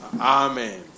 Amen